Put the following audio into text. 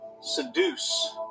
seduce